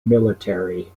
military